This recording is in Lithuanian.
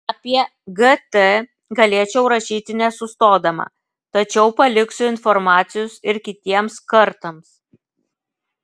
apie gt galėčiau rašyti nesustodama tačiau paliksiu informacijos ir kitiems kartams